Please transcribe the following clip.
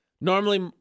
Normally